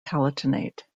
palatinate